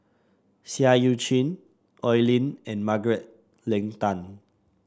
Seah Eu Chin Oi Lin and Margaret Leng Tan